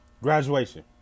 Graduation